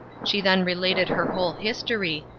she then related her whole history,